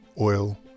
oil